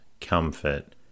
comfort